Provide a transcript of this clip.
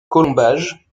colombage